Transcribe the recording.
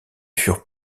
furent